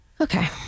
Okay